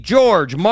George